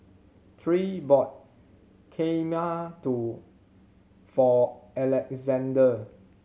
Tre bought Kheema to for Alexzander